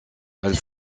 elles